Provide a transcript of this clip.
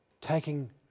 Taking